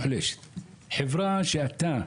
חברה שאתה,